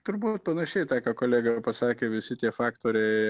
turbūt panašiai tą ką kolega ir pasakė visi tie faktoriai